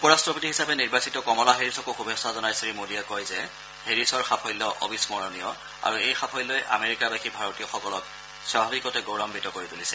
উপ ৰাট্টপতি হিচাপে নিৰ্বাচিত কমলা হেৰিছকো শুভেচ্ছা জনাই শ্ৰীমোদীয়ে কয় যে হেৰিছৰ সাফল্য অবিস্মৰণীয় আৰু এই সাফল্যই আমেৰিকাবাসী ভাৰতীয়সকলক স্বাবাৱিকতে গৌৰৱাৱিত কৰি তুলিছে